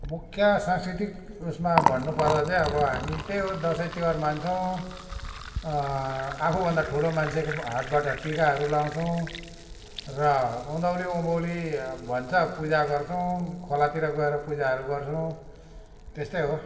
मुख्य सांस्कृतिक उसमा भन्नु पर्दा चैँ अब हामी त्यै हो दसैँ तिहार मान्छौँ आफूभन्दा ठुलो मान्छेको हातबाट टिकाहरू लाउछौँ र उँधौली उँभौली भन्छ पूजा गर्छौँ खोलातिर गएर पूजाहरू गर्छौँ त्यस्तै हो